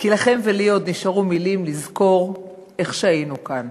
כי לכם ולי עוד נשארו מילים לזכור איך היינו כאן.